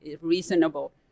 reasonable